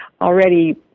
already